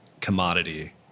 commodity